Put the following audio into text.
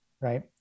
Right